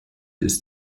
ist